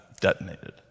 detonated